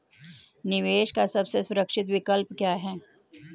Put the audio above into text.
निवेश का सबसे सुरक्षित विकल्प क्या है?